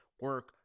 Work